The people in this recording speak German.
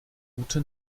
ute